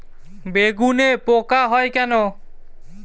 বেগুনে পোকা কেন হয়?